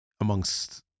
amongst